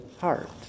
heart